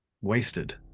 wasted